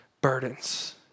burdens